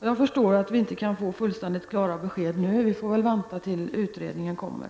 Jag förstår att vi inte kan få fullständigt klara besked nu. Vi får väl vänta tills utredningen kommer.